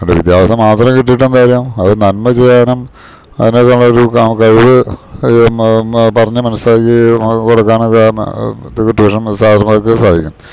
വിദ്യാഭ്യസം മാത്രം കിട്ടീട്ട് എന്താ കാര്യം അത് നന്മ ചെയ്യാനും അതിനൊക്കുള്ളൊരു കഴിവ് പറഞ്ഞ് മനസ്സിലാക്കി കൊടുക്കാനൊക്കെ ട്യൂഷൻ സാർമാർക്ക് സാധിക്കും